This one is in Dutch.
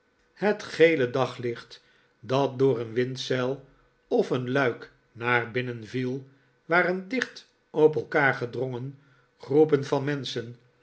het gele daglicht dat door een windzeil of een luik naar binnen viel waren dicht op elkaar gedrongen groepen van mensghen